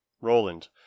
Roland